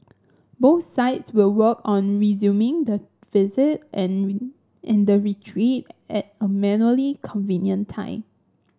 both sides will work on resuming the visit and and the retreat at a convenient time